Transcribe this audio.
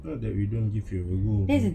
not that we don't give you a go